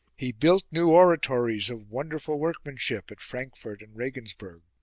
he built new oratories of wonderful workmanship at frankfurt and regensburg.